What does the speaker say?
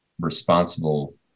responsible